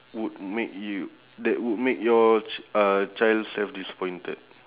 would make you that would make your ch~ uh child self disappointed